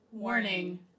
Warning